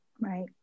Right